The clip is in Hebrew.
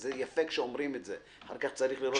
יפה לומר את זה אבל אחר כך צריך לראות איך מיישמים.